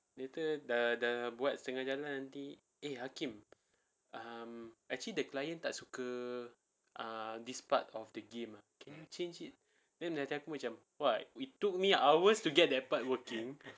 later dah dah buat setengah jalan nanti eh hakim um actually the client tak suka uh this part of the game ah can change it then dalam hati aku macam what it took me hours to get that part working